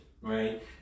right